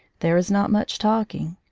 there is not much talking.